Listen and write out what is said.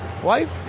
wife